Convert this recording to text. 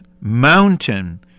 mountain